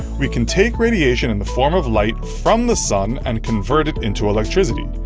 we can take radiation in the form of light from the sun and convert it into electricity.